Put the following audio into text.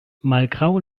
malgraŭ